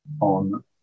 on